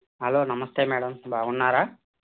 hello namaste madam బాగున్నారా